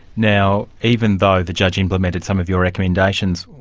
now even though the judge implemented some of your recommendations,